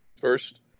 first